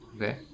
Okay